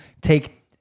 take